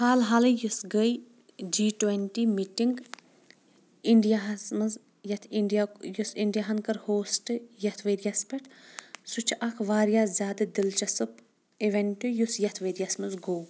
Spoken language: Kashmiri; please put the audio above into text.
حال حالٕے یُس گٔے جی ٹونٹی میٖٹنٛگ انڈیاہس منٛز یتھ انڈیا یۄس انڈیاہن کٔر ہوسٹ یتھ ؤرۍ یس پٮ۪ٹھ سُہ چھُ اکھ واریاہ زیادٕ دلچسپ اِوینٹ یُس یتھ ؤرۍ یس منٛز گوٚو